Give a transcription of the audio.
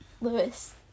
lewis